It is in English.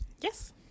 Yes